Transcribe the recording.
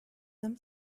them